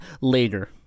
later